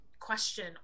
question